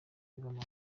w’umupira